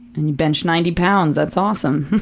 and you bench ninety pounds, that's awesome!